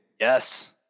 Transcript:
yes